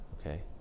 okay